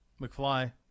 McFly